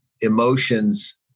emotions